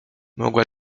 mogła